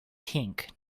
pink